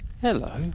hello